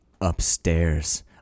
Upstairs